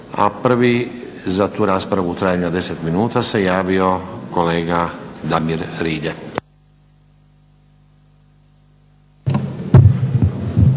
Prvi za tu raspravu u trajanju od 10 minuta se javio kolega Damir Rilje.